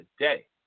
today